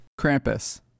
Krampus